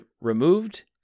removed